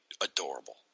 adorable